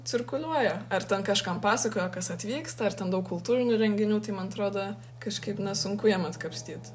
cirkuliuoja ar ten kažkam pasakojo kas atvyksta ar ten daug kultūrinių renginių tai man atrodo kažkaip nesunku jiem atkapstyt